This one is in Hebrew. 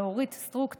ולאורית סטרוק תודה,